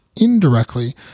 indirectly